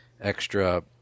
extra